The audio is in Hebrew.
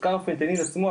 בעיקר הפנטניל עצמו,